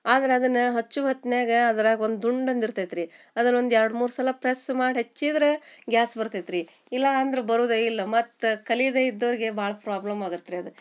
ಆದ್ರೆ ಅದನ್ನು ಹಚ್ಚುವ ಹೊತ್ನಾಗ ಅದ್ರಾಗ ಒಂದು ದುಂಡಂದು ಇರ್ತೈತೆ ರೀ ಅದನ್ನು ಒಂದು ಎರಡು ಮೂರು ಸಲ ಪ್ರೆಸ್ ಮಾಡಿ ಹಚ್ಚಿದರೆ ಗ್ಯಾಸ್ ಬರ್ತೈತೆ ರೀ ಇಲ್ಲ ಅಂದ್ರೆ ಬರೋದೇ ಇಲ್ಲ ಮತ್ತು ಕಲಿಯದೆ ಇದ್ದೋರಿಗೆ ಭಾಳ ಪ್ರಾಬ್ಲಮ್ ಆಗತ್ತೆ ರೀ ಅದು